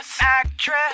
actress